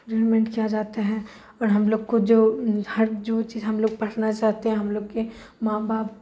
ٹرینمنٹ کیا جاتے ہیں اور ہم لوگ کو جو ہر جو چیز ہم لوگ پڑھنا چاہتے ہیں ہم لوگ کے ماں باپ